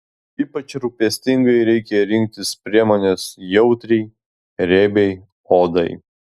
ypač rūpestingai reikia rinktis priemones jautriai riebiai odai